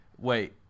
Wait